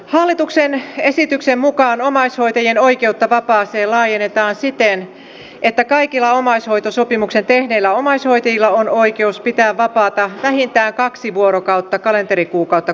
hallituksen esityksen mukaan omaishoitajien oikeutta vapaaseen laajennetaan siten että kaikilla omaishoitosopimuksen tehneillä omaishoitajilla on oikeus pitää vapaata vähintään kaksi vuorokautta kalenterikuukautta kohti